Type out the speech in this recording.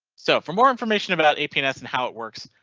so for more information about a and how it works.